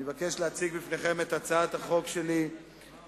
אני מבקש להציג בפניכם את הצעת החוק שלי לתיקון